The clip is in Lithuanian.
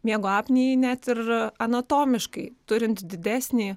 miego apnėjai net ir anatomiškai turint didesnį